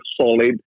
solid